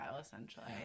essentially